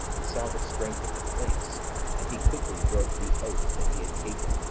and saw the strength of the place and he quickly broke the oath that he had taken,